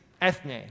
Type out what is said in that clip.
ethne